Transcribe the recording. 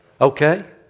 Okay